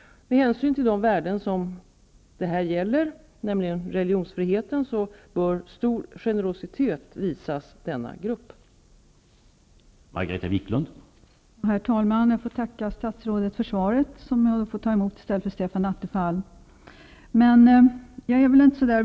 Med hänsyn till de värden som det här gäller -- religionsfriheten -- bör stor generositet visas denna grupp. Då Stefan Attefall, som framställt frågan, anmält att han var förhindrad att närvara vid sammanträdet, medgav förste vice talmannen att Margareta Vik lund i stället fick delta i överläggningen.